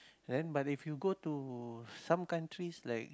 then but if you go to some countries like